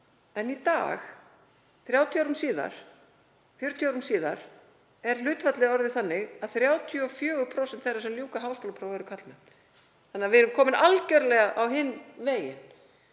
En í dag, hátt í 40 árum síðar, er hlutfallið orðið þannig að 34% þeirra sem ljúka háskólaprófi eru karlmenn. Við erum því komin algjörlega á hinn veginn.